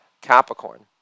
Capricorn